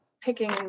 picking